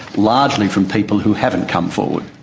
largely from people who haven't come forward.